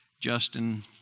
Justin